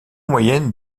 moyenne